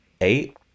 eight